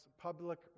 Public